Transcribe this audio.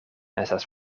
estas